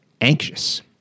anxious